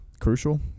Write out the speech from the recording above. crucial